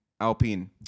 Alpine